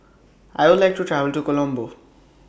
I Would like to travel to Colombo